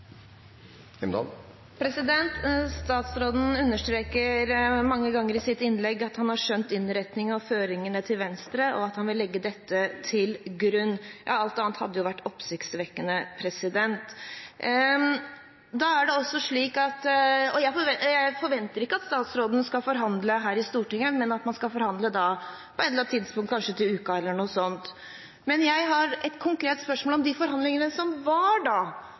Statsråden understreker mange ganger i sitt innlegg at han har skjønt innretningen og føringene fra Venstre, og at han vil legge dette til grunn. Alt annet hadde vært oppsiktsvekkende. Jeg forventer ikke at statsråden skal forhandle her i Stortinget, men at man skal forhandle på et eller annet tidspunkt – kanskje til uken eller noe sånt. Jeg har et konkret spørsmål om de forhandlingene som var.